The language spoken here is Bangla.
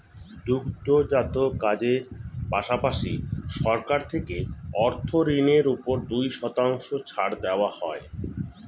দুগ্ধজাত কাজের পাশাপাশি, সরকার থেকে অর্থ ঋণের উপর দুই শতাংশ ছাড় দেওয়া হয়